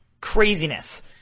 craziness